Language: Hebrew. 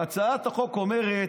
והצעת החוק אומרת,